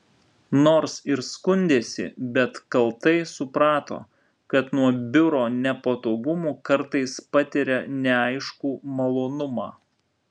nors ir skundėsi bet kaltai suprato kad nuo biuro nepatogumų kartais patiria neaiškų malonumą